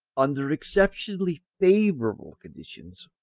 under exceptionally favourable conditions,